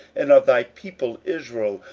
and of thy people israel,